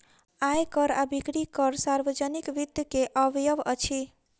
आय कर आ बिक्री कर सार्वजनिक वित्त के अवयव अछि